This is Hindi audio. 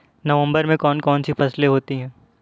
नवंबर में कौन कौन सी फसलें होती हैं?